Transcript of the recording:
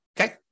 Okay